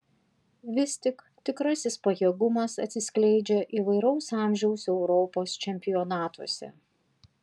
vis tik tikrasis pajėgumas atsiskleidžia įvairaus amžiaus europos čempionatuose